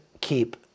keep